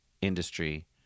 industry